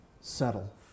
settle